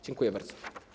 Dziękuję bardzo.